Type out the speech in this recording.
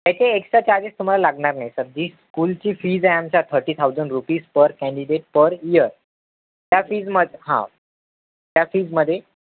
त्याचे extra charges तुम्हाला लागणार नाही सर जी स्कूलची फिज आहे आमची thirty thousand rupees per candidate per year त्या फिजमध्ये हां त्या फिजमध्ये